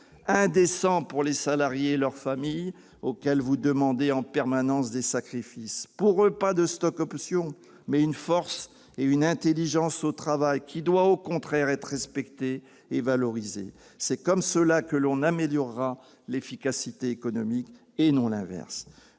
indécent pour les salariés et leurs familles auxquels vous demandez en permanence des sacrifices ! Pour eux, pas de stock-options mais une force et une intelligence au travail qui doit au contraire être respectée et valorisée ! C'est ainsi que l'on améliorera l'efficacité économique et non en